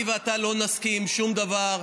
אני ואתה לא נסכים על שום דבר.